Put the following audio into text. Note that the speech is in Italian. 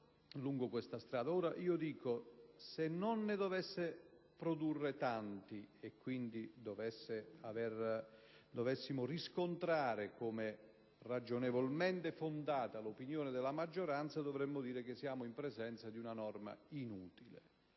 lungo questa strada. Ora, se non ne dovesse produrre tanti e quindi dovessimo riscontrare come ragionevolmente fondata l'opinione della maggioranza, dovremmo dire che siamo in presenza di una norma inutile;